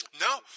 No